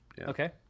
Okay